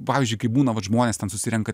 pavyzdžiui kai būna vat žmonės ten susirenka